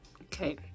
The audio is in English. okay